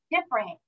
different